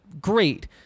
great